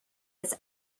its